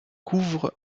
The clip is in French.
couvre